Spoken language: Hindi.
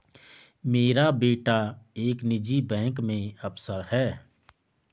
मेरा बेटा एक निजी बैंक में अफसर है